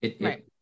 Right